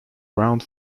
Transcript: round